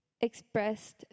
expressed